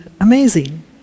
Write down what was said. amazing